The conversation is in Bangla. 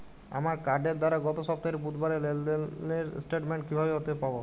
আমার কার্ডের দ্বারা গত সপ্তাহের বুধবারের লেনদেনের স্টেটমেন্ট কীভাবে হাতে পাব?